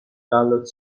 دانلود